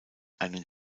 einen